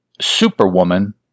Superwoman